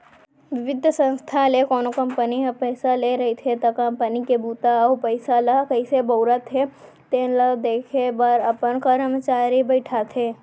बित्तीय संस्था ले कोनो कंपनी ह पइसा ले रहिथे त कंपनी के बूता अउ पइसा ल कइसे बउरत हे तेन ल देखे बर अपन करमचारी बइठाथे